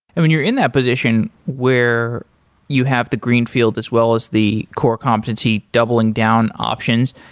i mean, you're in that position where you have the greenfield as well as the core competency doubling down options.